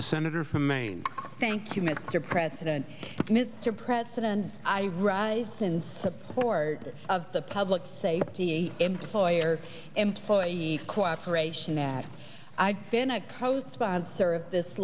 the senator from maine thank you mr president mr president i rise since support of the public safety employer employee cooperation that i've been a co sponsor of this